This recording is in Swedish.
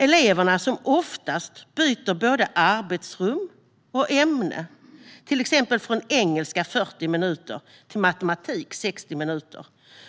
Av eleverna, som oftast byter både arbetsrum och ämne, till exempel från engelska 40 minuter till matematik 60 minuter